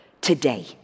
today